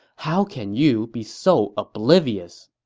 how can you be so oblivious?